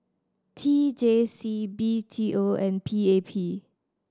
T J C B T O and P A P